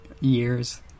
years